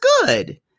good